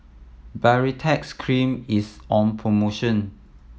Baritex Cream is on promotion